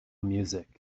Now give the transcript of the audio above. music